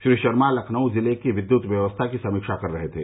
श्री शर्मा लखनऊ जिले की विद्युत व्यवस्था की समीक्षा कर रहे थे